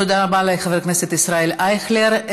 תודה רבה לחבר הכנסת ישראל אייכלר.